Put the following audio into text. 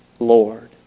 lord